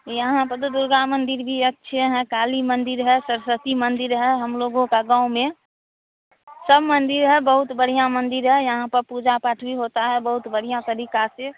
यहाँ पर तो दुर्गा मन्दिर भी अच्छा है काली मन्दिर है सरस्वती मन्दिर है हमलोगों के गाँव में सब मन्दिर है बहुत बढ़ियाँ मन्दिर है यहाँ पर पूजा पाठ भी होता है बहुत बढ़ियाँ तरीके से